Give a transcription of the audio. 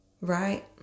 right